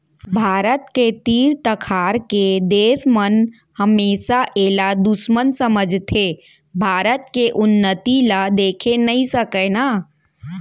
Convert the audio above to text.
भारत के तीर तखार के देस मन हमेसा एला दुस्मन समझथें भारत के उन्नति ल देखे नइ सकय ना